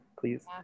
please